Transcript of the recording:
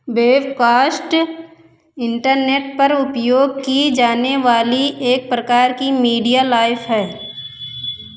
webcast internet पर उपयोग की जाने वाली एक प्रकार की मीडिया लाइफ है